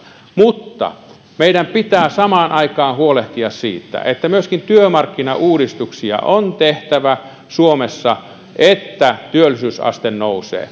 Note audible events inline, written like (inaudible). mutta meidän pitää samaan aikaan huolehtia siitä että myöskin työmarkkinauudistuksia on tehtävä suomessa että työllisyysaste nousee (unintelligible)